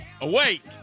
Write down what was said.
awake